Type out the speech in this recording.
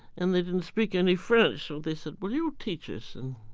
and they didn't speak any french so they said, well, you teach us. and